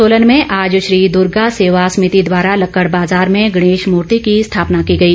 सोलन में आज श्री दूर्गा सेवा समिति द्वारा लक्कड़ बाजार में गणेश मूर्ति की स्थापना की गई